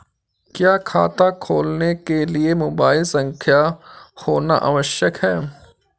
क्या खाता खोलने के लिए मोबाइल संख्या होना आवश्यक है?